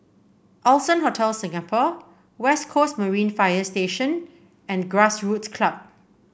Allson Hotel Singapore West Coast Marine Fire Station and Grassroots Club